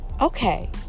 okay